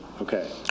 Okay